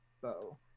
bow